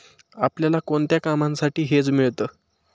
आपल्याला कोणत्या कामांसाठी हेज मिळतं?